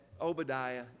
Obadiah